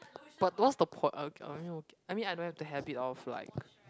but what's the poi~ okay I mean okay I mean I don't have the habit of like